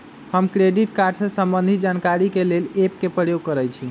हम credit card से संबंधित जानकारी के लेल एप के प्रयोग करइछि